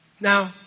Now